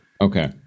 Okay